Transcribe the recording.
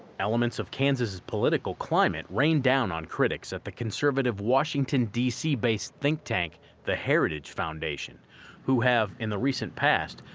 elements of kansas' political climate rained down on critics at the conservative washington d c based think tank the heritage foundation who have, in the recent past,